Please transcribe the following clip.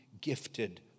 gifted